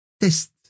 test